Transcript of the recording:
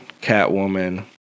Catwoman